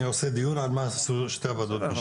אני עושה דיון על מה עשו שתי ועדות המשנה.